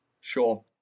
Sure